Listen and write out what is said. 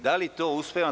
Da li to uspevam?